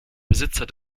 besitzer